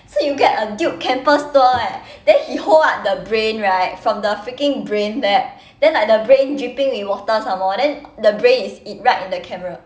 so you get a duke campus tour eh then he hold what the brain right from the freaking brain lab then like the brain dripping with water some more then the brain is in right in the camera